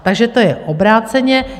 Takže to je obráceně.